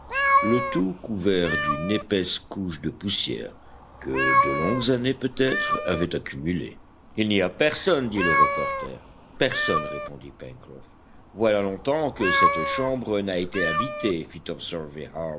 le tout couvert d'une épaisse couche de poussière que de longues années peut-être avaient accumulée il n'y a personne dit le reporter personne répondit pencroff voilà longtemps que cette chambre n'a été habitée